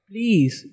Please